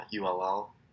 ULL